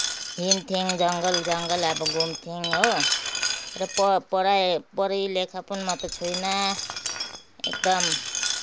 हिँडथ्यौँ जङ्गल जङ्गल अब घुम्थ्यौँ हो र पढा पढालेखा पनि म त छुइनँ एकदम